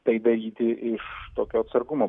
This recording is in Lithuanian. tai daryti iš tokio atsargumo